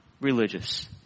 religious